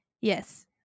Yes